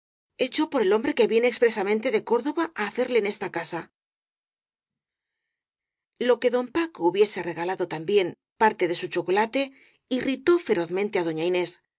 hecho por el hom bre que viene expresamente desde córdoba á ha cerle en esta casa lo de que don paco hubiese regalado también parte de su chocolate irritó ferozmente á doña inés